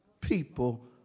people